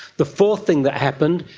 the fourth thing that happened,